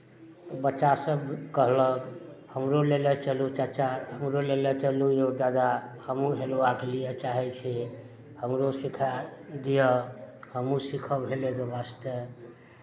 तऽ बच्चासभ कहलक हमरो लेले चलू चच्चा हमरो लेने चलू यौ दादा हमहूँ हेलबाक लिए चाहै छियै हमरो सिखा दिअ हमहूँ सीखब हेलयके वास्ते